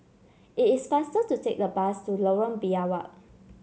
it is faster to take the bus to Lorong Biawak